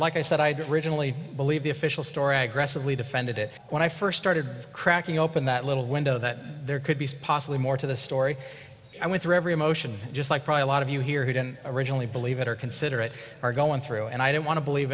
like i said i'd originally believe the official story defended it when i first started cracking open that little window that there could be possibly more to the story i went through every emotion just like probably a lot of you here who didn't originally believe it or consider it are going through and i don't want to believe